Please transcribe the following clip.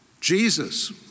Jesus